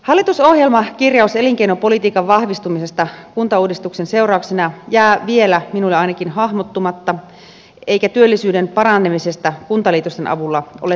hallitusohjelmakirjaus elinkeinopolitiikan vahvistumisesta kuntauudistuksen seurauksena jää vielä ainakin minulle hahmottumatta eikä työllisyyden paranemisesta kuntaliitosten avulla ole takeita